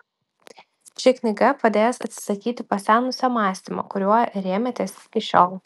ši knyga padės atsisakyti pasenusio mąstymo kuriuo rėmėtės iki šiol